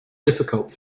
difficult